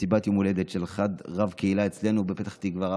במסיבת יום הולדת של רב קהילה אצלנו בפתח תקווה,